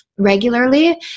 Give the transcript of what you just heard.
regularly